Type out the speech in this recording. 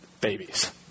babies